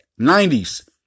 90s